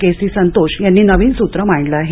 केसी संतोष यांनी नवीन सूत्र मांडले आहे